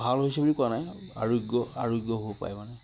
ভাল হৈছে বুলি কোৱা নাই আৰোগ্য আৰোগ্য হ'ব পায় মানে